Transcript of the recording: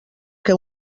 que